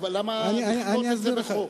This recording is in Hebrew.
אבל למה לכפות את זה בחוק?